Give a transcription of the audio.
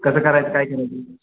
कसं करायचं काय करायचं